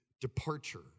departure